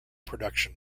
production